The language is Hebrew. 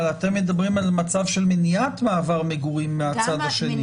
אבל אתם מדברים על מצב של מניעת מעבר מגורים מהצד השני.